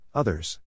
Others